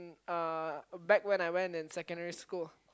um uh back when I went in secondary school